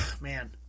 Man